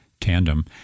Tandem